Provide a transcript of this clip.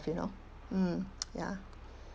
you know mm ya